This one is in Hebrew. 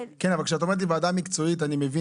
כשאת אומרת לי ועדה מקצועית אני מבין